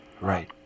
Right